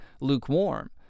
lukewarm